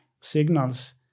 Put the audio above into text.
signals